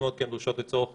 מאוד דרושות לצורך